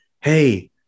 hey